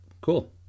Cool